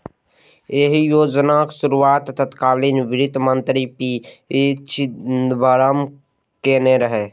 एहि योजनाक शुरुआत तत्कालीन वित्त मंत्री पी चिदंबरम केने रहै